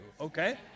okay